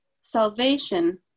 Salvation